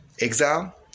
Exile